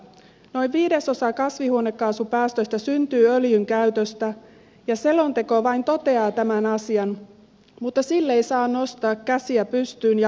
noin viidesosa kasvihuonekaasupäästöistä syntyy öljyn käytöstä ja selonteko vain toteaa tämän asian mutta sille ei saa nostaa käsiä pystyyn ja antautua